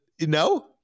no